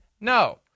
No